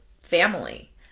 family